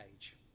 age